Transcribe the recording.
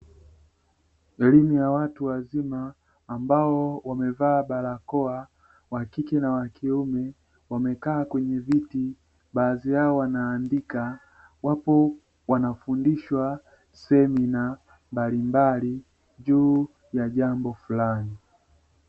Elimu ya watu wazima ambao wamevaa barakoa wa kike na wa kiume wamekaa kwenye viti baadhi yao wanaandika, wapo wanafundishwa semina mbalimbali juu ya jambo fulani.